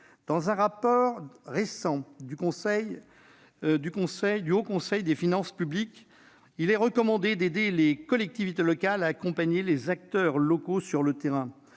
Dans un récent rapport, le Haut Conseil des finances publiques recommande d'aider les collectivités à accompagner les acteurs locaux sur le terrain.